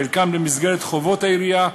חלקן במסגרת חובות העירייה,